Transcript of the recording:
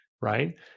right